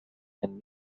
and